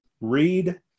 read